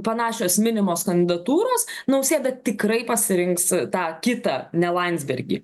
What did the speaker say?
panašios minimos kandidatūros nausėda tikrai pasirinks tą kitą ne landsbergį